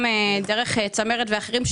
גם דרך צמרת ואחרים,